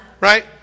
Right